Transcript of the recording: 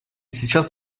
сейчас